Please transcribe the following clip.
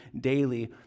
daily